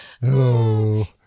Hello